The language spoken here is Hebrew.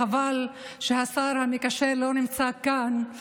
חבל שהשר המקשר לא נמצא כאן.